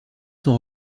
sont